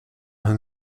hun